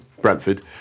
Brentford